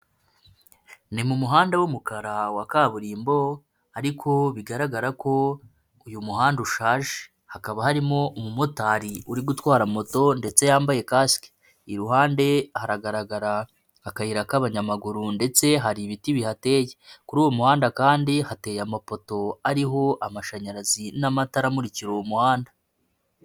Ni mu muhanda w'umukara wa kaburimbo ariko bigaragara ko uyu muhanda ushaje, hakaba harimo umumotari uri gutwara moto ndetse yambaye kasike iruhande haragaragara akayira k'abanyamaguru ndetse hari ibiti bihateye, kuri uwo muhanda kandi hateye amapoto ariho amashanyarazi n'amatara amurikira uwo muhanda.